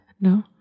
No